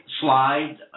slide